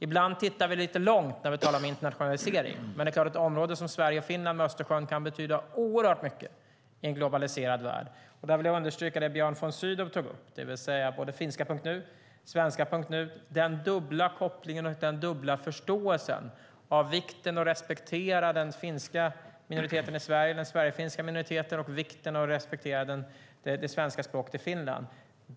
Ibland tittar vi lite långt när vi talar om internationalisering, men områden som Sverige och Finland runt Östersjön kan betyda oerhört mycket i en globaliserad värld. Där vill jag understryka det Björn von Sydow tog upp, det vill säga finska.nu och svenska.nu, den dubbla kopplingen och den dubbla förståelsen, vikten av att respektera den sverigefinska minoriteten i Sverige och vikten av att respektera det svenska språket i Finland.